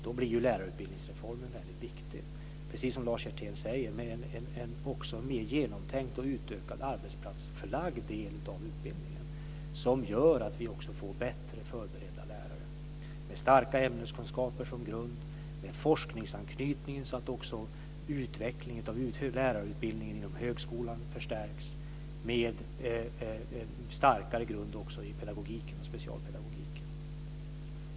Då blir lärarutbildningsreformen väldigt viktig, precis som Lars Hjertén säger, med också en mer genomtänkt och utökad arbetsplatsförlagd del av utbildningen, som gör att vi får bättre förberedda lärare med stabila ämneskunskaper och med forskningsanknytning, så att lärarutbildningen inom högskolan får en starkare specialpedagogisk grund.